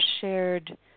shared